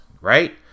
right